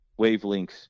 wavelengths